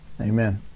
Amen